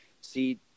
see